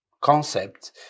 concept